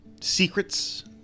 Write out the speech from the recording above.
secrets